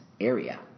area